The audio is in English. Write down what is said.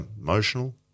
emotional